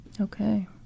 Okay